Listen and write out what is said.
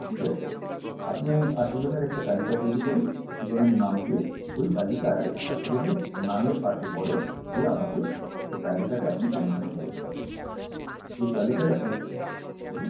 ঠিক আছে আপনি আশিজনের একটা তালিকা তৈরি করুন আশিজনের নাম দিয়ে ওই তালিকায় আশিজনের নামের পাশে বয়স দিয়ে আমাকে ওই তালিকাটা আপনি পৌঁছনোর ব্যবস্থা করুন এই তালিকাটা পৌঁছে বলুন